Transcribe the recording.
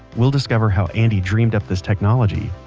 we'll discover how andy dreamed up this technology,